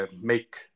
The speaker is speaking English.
make